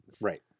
Right